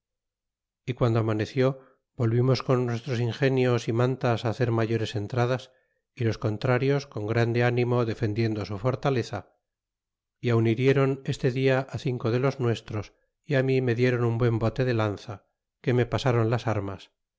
y guando amaneció volvimos con nuestros ingenios y mantas hacer mayores entradas y los contrarios con grande ánimo defendiendo su fortaleza y aun hirieron este dia cinco de los nuestros y mi me dieron un buen bote de lanza que me pasron las armas